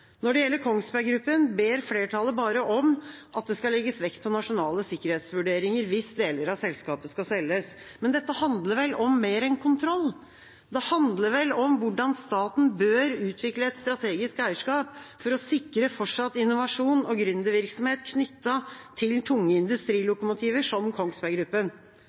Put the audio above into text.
Når det gjelder Kongsberg Gruppen, ber flertallet bare om at det skal legges vekt på nasjonale sikkerhetsvurderinger hvis deler av selskapet skal selges. Men dette handler vel om mer enn kontroll? Det handler vel om hvordan staten bør utvikle et strategisk eierskap for å sikre fortsatt innovasjon og gründervirksomhet knyttet til tunge industrilokomotiver, som